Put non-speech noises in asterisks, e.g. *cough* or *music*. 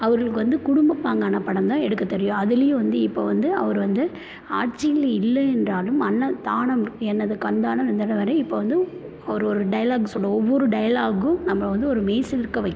அவர்களுக்கு வந்து குடும்ப பாங்கான படம் தான் எடுக்க தெரியும் அதுலையும் வந்து இப்போ வந்து அவர் வந்து ஆட்சியில் இல்லை என்றாலும் அன்னதானம் எனது கண்தானம் *unintelligible* இப்போ வந்து ஒரு ஒரு டைலாக் சொல்லுவோம் ஒவ்வொரு டைலாக்கும் நம்பளை வந்து ஒரு மெய் சிலிர்க்க வைக்கும்